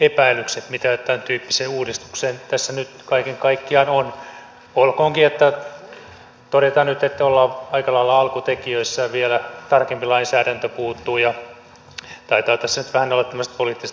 epäilykset mitä tämäntyyppiseen uudistukseen tässä nyt kaiken kaikkiaan on olkoonkin että todetaan nyt että ollaan aika lailla alkutekijöissään vielä tarkempi lainsäädäntö puuttuu ja taitaa tässä nyt vähän olla tämmöistä poliittistakin tarkoitushakuisuutta mukana